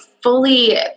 fully